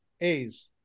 A's